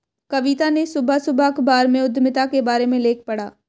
कविता ने सुबह सुबह अखबार में उधमिता के बारे में लेख पढ़ा